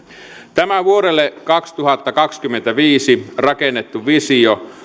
tämä vuodelle kaksituhattakaksikymmentäviisi rakennettu visio